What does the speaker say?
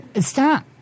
Stop